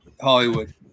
Hollywood